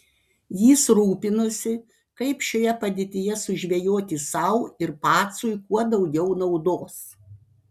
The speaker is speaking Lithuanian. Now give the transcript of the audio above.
jis rūpinosi kaip šioje padėtyje sužvejoti sau ir pacui kuo daugiau naudos